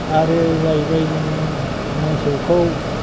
आरो जाहैबाय जोङो मोसौखौ